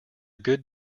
good